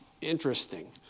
Interesting